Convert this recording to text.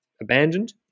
abandoned